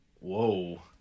Whoa